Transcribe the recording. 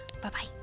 Bye-bye